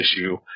issue